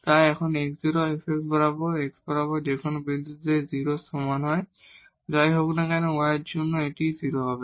তাই যখন x 0 fx এই x বরাবর যে কোন বিন্দুতে 0 এর সমান হয় যাই হোক না কেন y এর জন্য এটি 0 হবে